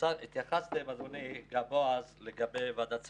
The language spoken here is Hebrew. התייחסתם אדוני, אתה ובועז, לוועדת סגיס.